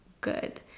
good